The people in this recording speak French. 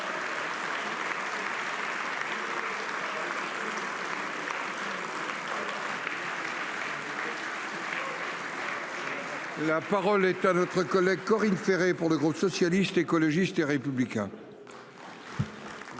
La parole est à notre collègue Corinne Ferré pour le groupe socialiste, écologiste et républicain.